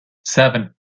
seven